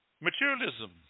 Materialism